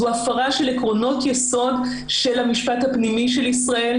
זו הפרה של עקרונות יסוד של המשפט הפנימי של ישראל,